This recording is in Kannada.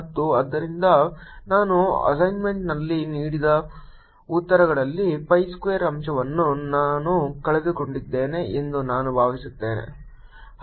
ಮತ್ತು ಆದ್ದರಿಂದ ನಾವು ಅಸೈನ್ಮೆಂಟ್ನಲ್ಲಿ ನೀಡಿದ ಉತ್ತರಗಳಲ್ಲಿ pi ಸ್ಕ್ವೇರ್ ಅಂಶವನ್ನು ನಾನು ಕಳೆದುಕೊಂಡಿದ್ದೇನೆ ಎಂದು ನಾನು ಭಾವಿಸುತ್ತೇನೆ